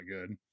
good